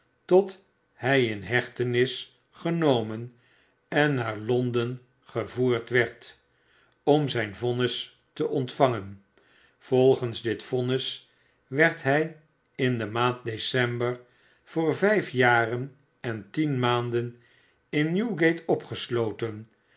tot hij in hechtenis genomen en naar londen gevoerd werd om zijn vonnis te ontvangen volgens dit vonnis werd hij in de maand december voor vijf jaren en tienmaanden in newgate opgesloten